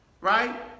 right